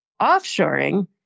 Offshoring